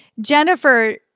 Jennifer